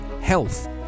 health